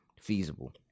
feasible